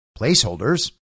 placeholders